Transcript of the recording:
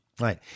Right